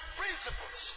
principles